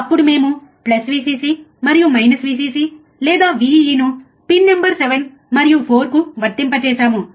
అప్పుడు మేము plus Vcc మరియు మైనస్ Vcc లేదా Vee ను పిన్ నంబర్ 7 మరియు 4 కు వర్తింపజేసాము